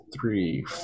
three